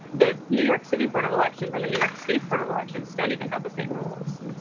the new york city board of elections and the new york state board of elections don't even have the same rules.